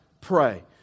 pray